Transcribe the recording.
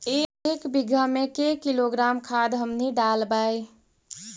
एक बीघा मे के किलोग्राम खाद हमनि डालबाय?